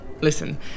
listen